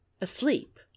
asleep